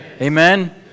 Amen